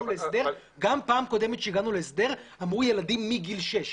גם פעם קודמת שהגענו להסדר אמרו ילדים מגיל 6,